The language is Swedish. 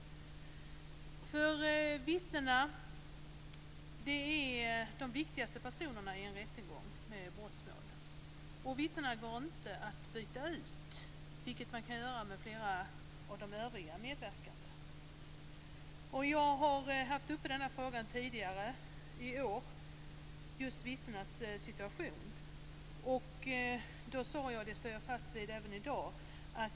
Vittnena är de viktigaste personerna i en rättegång om brottmål. Vittnena går inte att byta ut, vilket man kan göra med flera av de övriga medverkande. Jag har tagit upp frågan om vittnens situation tidigare i år. Jag står även i dag fast vid vad jag då sade.